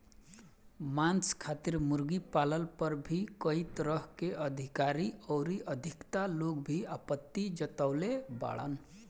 मांस खातिर मुर्गी पालन पर भी कई तरह के अधिकारी अउरी अधिवक्ता लोग भी आपत्ति जतवले बाड़न